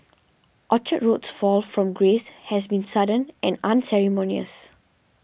Orchard Road's fall from grace has been sudden and unceremonious